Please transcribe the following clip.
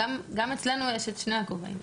גם אצלנו יש את שני הכובעים.